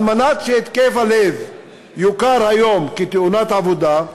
על מנת שהתקף הלב יוכר היום כתאונת עבודה,